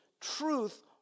Truth